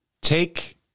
take